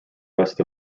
rest